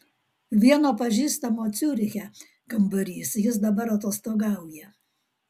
vieno pažįstamo ciuriche kambarys jis dabar atostogauja